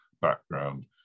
background